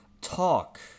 talk